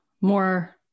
more